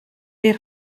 est